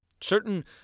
certain